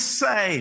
say